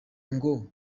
ngo